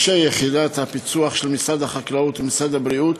עם אנשי יחידת הפיצו"ח של משרד החקלאות ועם משרד הבריאות.